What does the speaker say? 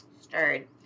Stirred